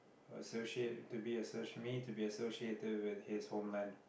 associate to be associ~ me to be associated with his homeland